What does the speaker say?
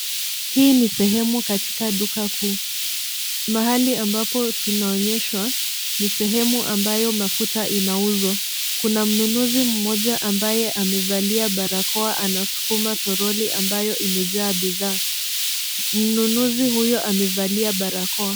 Hii ni sehemu katika duka kuu .Mahali ambapo tunaonyeshwa ni sehemu amabayo mafuta inauzwa. Kuna mnunuzi mmoja ambaye amevalia barakoa anaskuma troli ambayo imejaa bidhaa. Mnunuzi huyo amevalia barakoa.